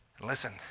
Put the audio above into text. Listen